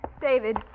David